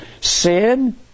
sin